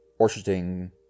orcharding